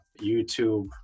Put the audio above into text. YouTube